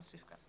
נוסיף כאן.